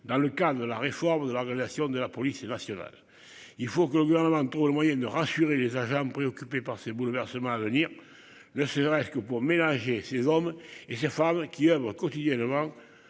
dans le cadre de la réforme de la relation de la police nationale. Il faut que le gouvernement trouve le moyen de rassurer les agents préoccupé par ces bouleversements à venir ne serait-ce que pour ménager ces hommes et ces femmes qui oeuvrent quotidiennement